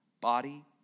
body